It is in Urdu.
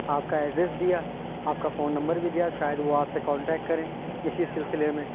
آپ کا ایڈریس دیا آپ کا فون نمبر بھی دیا شاید وہ آپ سے کانٹیکٹ کریں اسی سلسلے میں